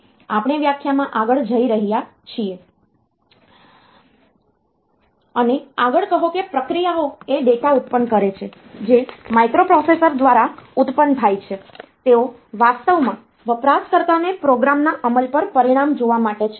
આપણે વ્યાખ્યામાં આગળ જઈ રહ્યા છીએ અને આગળ કહો કે પ્રક્રિયાઓ એ ડેટા ઉત્પન્ન કરે છે જે માઇક્રોપ્રોસેસર દ્વારા ઉત્પન્ન થાય છે તેઓ વાસ્તવમાં વપરાશકર્તાને પ્રોગ્રામના અમલ પર પરિણામ જોવા માટે છે